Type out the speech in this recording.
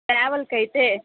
ట్రావెల్కి అయితే